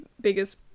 biggest